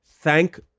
thank